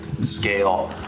scale